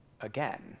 again